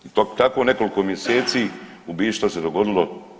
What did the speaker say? I tako nekoliko mjeseci u biti šta se dogodilo?